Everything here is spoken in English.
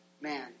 Man